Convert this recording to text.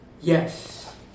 Yes